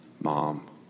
mom